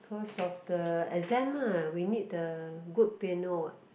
cause of the exam ah we need the good piano what